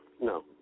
No